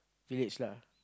village lah